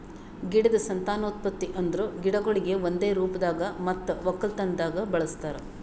ಗಿಡದ್ ಸಂತಾನೋತ್ಪತ್ತಿ ಅಂದುರ್ ಗಿಡಗೊಳಿಗ್ ಒಂದೆ ರೂಪದಾಗ್ ಮತ್ತ ಒಕ್ಕಲತನದಾಗ್ ಬಳಸ್ತಾರ್